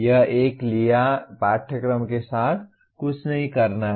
यह एक लिया पाठ्यक्रम के साथ कुछ नहीं करना है